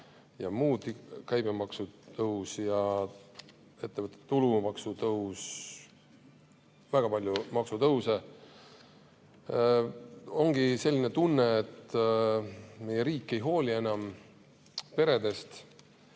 automaks, käibemaksu tõus ja ettevõtete tulumaksu tõus, väga palju maksutõuse. Ongi selline tunne, et meie riik ei hooli enam peredest,